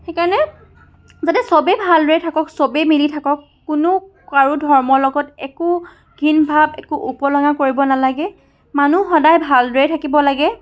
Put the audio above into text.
সেইকাৰণে যাতে চবেই ভালদৰেই থাকক চবেই মিলি থাকক কোনো কাৰো ধৰ্মৰ লগত একো ঘিণ ভাৱ একো উপলুঙা কৰিব নালাগে মানুহ সদায় ভালদৰেই থাকিব লাগে